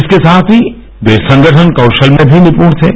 इसके साथ ही वे संगठन कौशल में भी निपूण थे